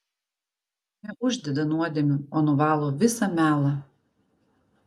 neuždeda nuodėmių o nuvalo visą melą